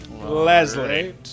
Leslie